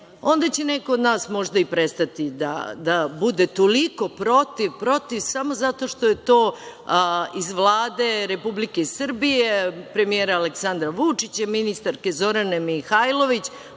onda će neko od nas možda i prestati da bude toliko protiv, protiv samo zato što je to iz Vlade Republike Srbije, premijera Aleksandra Vučića i ministarke Zorane Mihajlović.